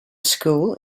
school